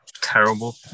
terrible